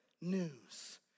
news